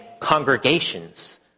congregations